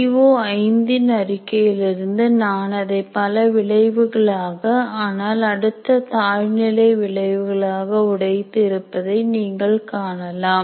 C O இன் அறிக்கையிலிருந்து நான் அதை பல விளைவுகளாக ஆனால் அடுத்த தாழ்நிலை விளைவுகளாக உடைத்து இருப்பதை நீங்கள் காணலாம்